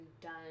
done